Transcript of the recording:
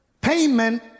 payment